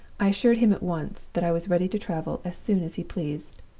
i assured him at once that i was ready to travel as soon as he pleased.